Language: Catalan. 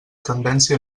tendència